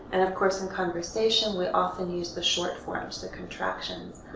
and, of course, in conversation, we often use the short forms, the contractions.